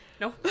No